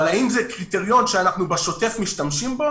אבל האם זה קריטריון שאנחנו בשוטף משתמשים בו?